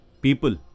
People